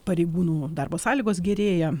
pareigūnų darbo sąlygos gerėja